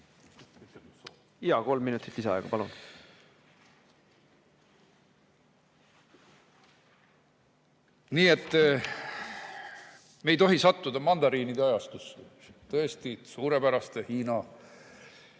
Jaa, kolm minutit lisaaega. Palun! Nii et me ei tohi sattuda mandariinide ajastusse, tõesti suurepäraste Hiina